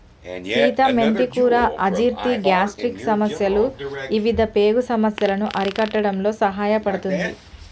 సీత మెంతి కూర అజీర్తి, గ్యాస్ట్రిక్ సమస్యలు ఇవిధ పేగు సమస్యలను అరికట్టడంలో సహాయపడుతుంది